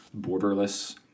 borderless